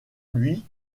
lui